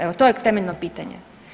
Evo to je temeljno pitanje.